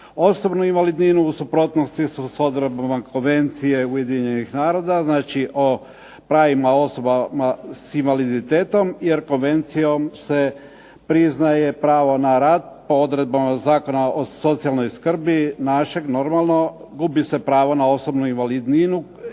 osobnu invalidninu u suprotnosti su s odredbama Konvencije Ujedinjenih naroda znači o pravima osoba s invaliditetom, jer konvencijom se priznaje pravo na rad po odredbama Zakona o socijalnoj skrbi, našeg normalno, gubi se pravo na osobnu invalidninu